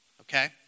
okay